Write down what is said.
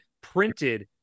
printed